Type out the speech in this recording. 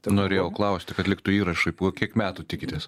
norėjau klausti kad liktų įrašai po kiek metų tikitės